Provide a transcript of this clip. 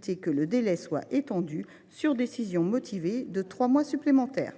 qu’il puisse être étendu, sur décision motivée, de trois mois supplémentaires.